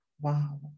Wow